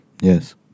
Yes